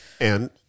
And-